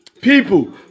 People